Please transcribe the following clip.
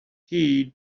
heed